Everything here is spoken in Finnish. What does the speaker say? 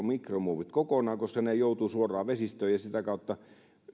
mikromuovit kokonaan koska ne joutuvat suoraan vesistöön ja sitä kautta